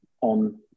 on